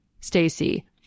Stacy